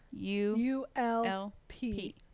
ULP